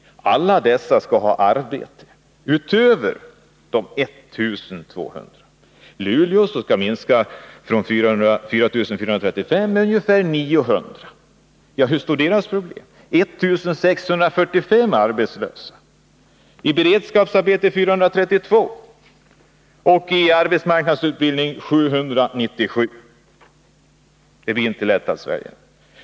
Utöver de 1 200 skall alltså alla dessa ha arbete. I Luleå, där man har 4 435 anställda, skall man minska med ungefär 900 personer. Hur ser deras situation ut? Man har 1 645 arbetslösa, i beredskapsarbete 432 och i arbetsmarknadsutbildning 797. Det blir inte lätt att svälja detta.